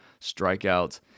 strikeouts